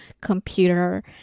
computer